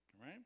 Right